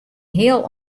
heel